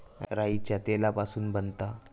राईच्या तेलापासून बनता